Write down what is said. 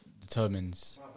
determines